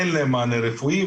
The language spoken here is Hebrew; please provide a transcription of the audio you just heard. אין להם מענה רפואי,